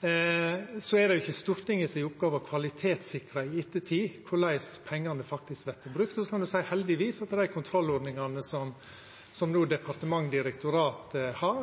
Det er ikkje Stortinget si oppgåve å kvalitetssikra i ettertid korleis pengane faktisk vert brukte. Heldigvis kan ein med dei kontrollordningane som departementet og direktoratet har,